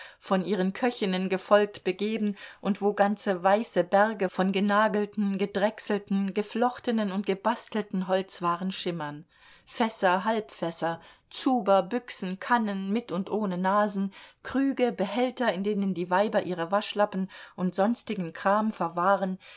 von ihren köchinnen gefolgt begeben und wo ganze weiße berge von genagelten gedrechselten geflochtenen und gebastelten holzwaren schimmern fässer halbfässer zuber büchsen kannen mit und ohne nasen krüge behälter in denen die weiber ihre waschlappen und sonstigen kram verwahren